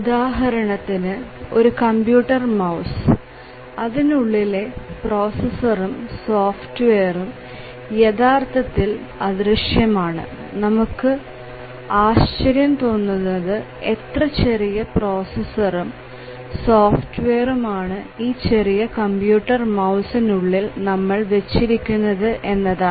ഉദാഹരണത്തിന് ഒരു computer mouse അതിനുള്ളിലെ പ്രോസസറും സോഫ്റ്റ്വെയറും യഥാർത്ഥത്തിൽ അദൃശ്യമാണ് നമുക്ക് ആശ്ചര്യം തോന്നുന്നത് എത്ര ചെറിയ പ്രോസസറും സോഫ്റ്റ്വെയറും ആണ് ഒരു ചെറിയ കമ്പ്യൂട്ടർ മൌസ് ഉള്ളിൽ നമ്മൾ വെച്ചിരിക്കുന്നത് എന്നതാണ്